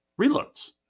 reloads